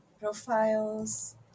profiles